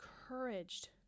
encouraged